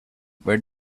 where